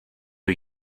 are